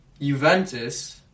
Juventus